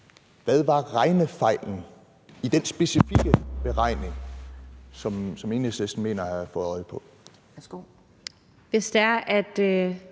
Hvad var regnefejlen i den specifikke beregning, som Enhedslisten mener at have fået øje på? Kl. 11:06 Anden